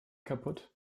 kaputt